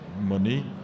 money